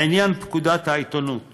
לעניין פקודת העיתונות